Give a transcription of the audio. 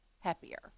happier